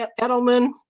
Edelman